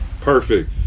Perfect